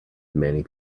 many